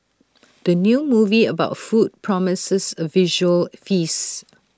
the new movie about food promises A visual feast